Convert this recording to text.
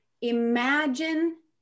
Imagine